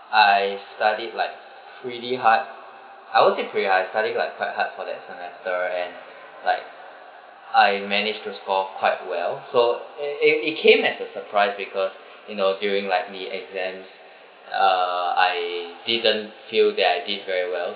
I studied like pretty hard I won't say pretty hard something like quite hard for that semester and like I manage to score quite well so it it it came as a surprise because you know during like me exams uh I didn't feel that I did very well